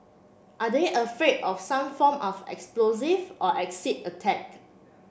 are they afraid of some form of explosive or acid attack